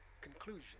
conclusion